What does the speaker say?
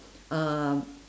uh